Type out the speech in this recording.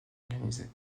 organisées